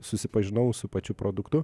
susipažinau su pačiu produktu